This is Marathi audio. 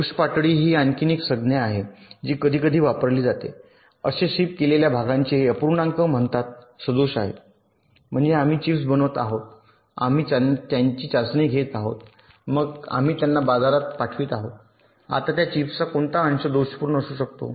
दोष पातळी ही आणखी एक संज्ञा आहे जी कधीकधी वापरली जाते असे शिप केलेल्या भागांचे अपूर्णांक म्हणतात सदोष आहेत म्हणजे आम्ही चिप्स बनवत आहोत आम्ही त्यांची चाचणी घेत आहोत मग आम्ही त्यांना बाजारात पाठवित आहोत आता त्या चिप्सचा कोणता अंश दोषपूर्ण असू शकतो